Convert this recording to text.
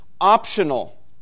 optional